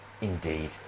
Indeed